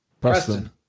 Preston